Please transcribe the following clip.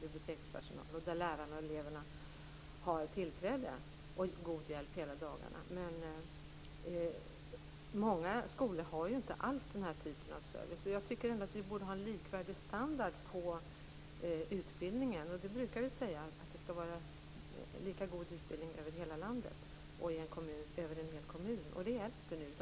bibliotekspersonal och dit lärare och elever har tillträde och god hjälp hela dagarna. Men många skolor har inte alls den här typen av service, och jag tycker att vi borde ha en likvärdig standard på utbildningen. Det brukar ju sägas att det skall vara lika god utbildning i hela landet och i en hel kommun. Så är det inte nu.